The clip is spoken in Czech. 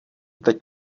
teď